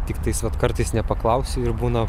tiktai vat kartais nepaklausiu ir būna